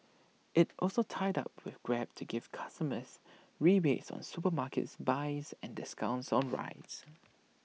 IT also tied up with grab to give customers rebates on supermarkets buys and discounts on rides